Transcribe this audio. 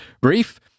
brief